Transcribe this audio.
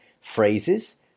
phrases